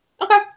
Okay